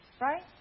Right